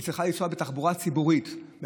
היא צריכה לנסוע בתחבורה הציבורית את